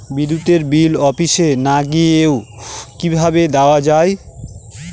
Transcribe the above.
বিদ্যুতের বিল অফিসে না গিয়েও কিভাবে দেওয়া য়ায়?